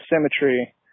symmetry